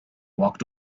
walked